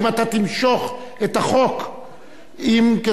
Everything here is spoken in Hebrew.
האם אתה תמשוך את החוק,